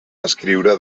escriure